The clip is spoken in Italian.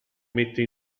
mette